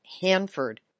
Hanford